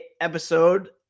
episode